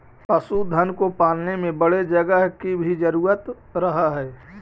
पशुधन को पालने में बड़े जगह की जरूरत भी रहअ हई